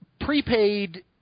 prepaid